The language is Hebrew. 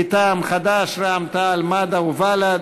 מטעם חד"ש, רע"ם-תע"ל-מד"ע ובל"ד.